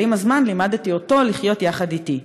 אבל עם הזמן לימדתי אותו לחיות יחד אתי.